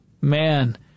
man